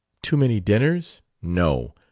too many dinners? no.